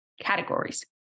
categories